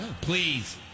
Please